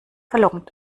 verlockend